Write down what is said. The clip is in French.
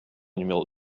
numéro